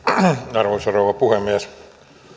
arvoisa rouva puhemies